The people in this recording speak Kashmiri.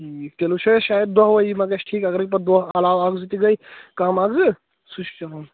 ٹھیٖک تیٚلہِ وُچھو أسۍ شاید دۄہ وٲیی ما گژھِ ٹھیٖک اگرے پتہٕ دۄہ علاوٕ اَکھ زٕ تہِ گٔے کم اکھ زٕ سُہ چھُ چلان